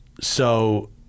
So-